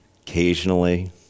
occasionally